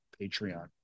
patreon